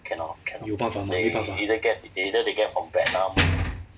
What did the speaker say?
有办法吗没办法